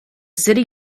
city